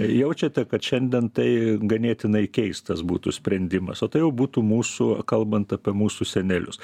jaučiate kad šiandien tai ganėtinai keistas būtų sprendimas o tai jau būtų mūsų kalbant apie mūsų senelius